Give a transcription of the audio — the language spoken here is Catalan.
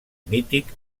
mític